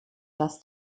das